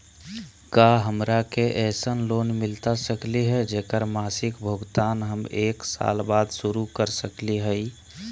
का हमरा के ऐसन लोन मिलता सकली है, जेकर मासिक भुगतान हम एक साल बाद शुरू कर सकली हई?